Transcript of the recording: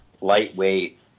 lightweight